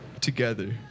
together